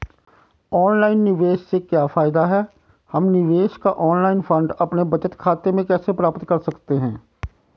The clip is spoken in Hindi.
ऑनलाइन निवेश से क्या फायदा है हम निवेश का ऑनलाइन फंड अपने बचत खाते में कैसे प्राप्त कर सकते हैं?